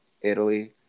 Italy